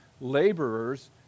laborers